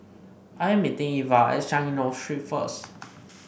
I am meeting Iva at Changi North Street first